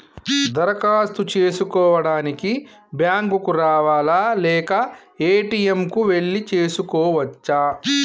దరఖాస్తు చేసుకోవడానికి బ్యాంక్ కు రావాలా లేక ఏ.టి.ఎమ్ కు వెళ్లి చేసుకోవచ్చా?